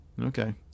okay